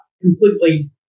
completely